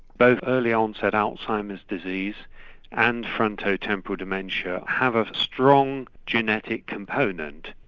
both early onset alzheimer's disease and frontotemporal dementia have a strong genetic component.